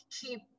keep